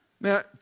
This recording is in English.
Now